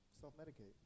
self-medicate